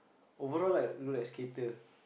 overall like look like skater